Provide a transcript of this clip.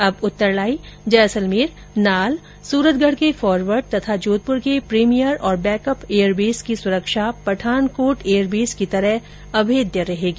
अब उत्तरलाई जैसलमेर नाल सूरतगढ के फोरवड तथा जोधपुर के प्रीमियर और बैकअप एयरबेस की सुरक्षा पठानकोट एयरबेस की तरह अभेद्य रहेगी